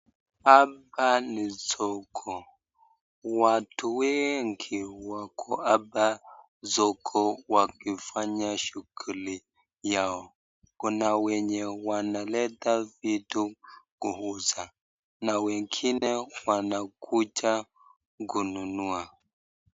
Hapa ni soko, watu wengi wako hapa soko wakifanya shughuli yao, kuna yuna wenye wanaleta vitu kuuza na wengine wanakuja kununua.